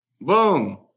boom